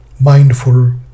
mindful